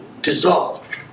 dissolved